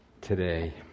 today